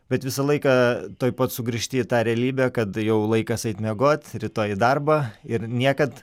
bet visą laiką tuoj pat sugrįžti į tą realybę kad jau laikas eit miegot rytoj į darbą ir niekad